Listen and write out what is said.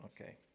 Okay